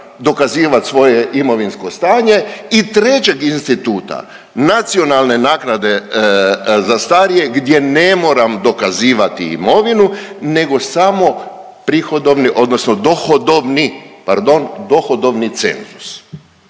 dokazivat svoje imovinsko stanje i trećeg instituta Nacionalne naknade za starije gdje ne moram dokazivati imovinu, nego samo prihodovni, odnosno dohodovni pardon dohodovni cenzus,